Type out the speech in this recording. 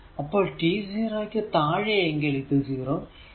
അപ്പോൾ t 0 ക്കു താഴെ എങ്കിൽ ഇത് 0